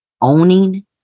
owning